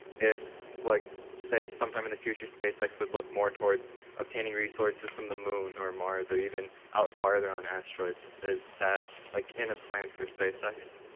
if, like say, some time in the future spacex would look more towards obtaining resources from the moon or mars, or even out further on asteroids, is that like in a plan for spacex?